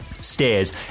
stairs